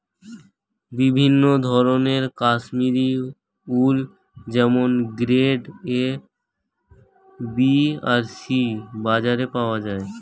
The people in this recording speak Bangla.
বিভিন্ন ধরনের কাশ্মীরি উল যেমন গ্রেড এ, বি আর সি বাজারে পাওয়া যায়